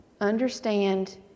Understand